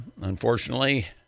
unfortunately